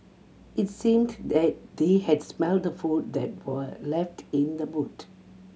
it seemed that they had smelt the food that were left in the boot